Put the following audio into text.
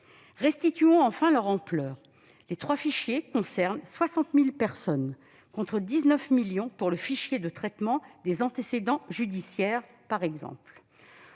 Resituons enfin leur ampleur : les trois fichiers concernent 60 000 personnes, contre 19 millions pour le fichier de traitement d'antécédents judiciaires, par exemple.